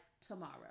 tomorrow